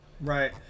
right